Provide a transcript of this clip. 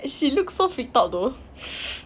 she looks so freaked out though